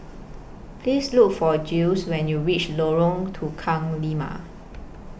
Please Look For Jiles when YOU REACH Lorong Tukang Lima